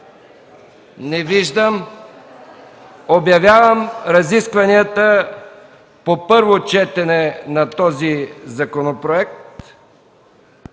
Не виждам желаещи. Обявявам разискванията по първото четене на този законопроект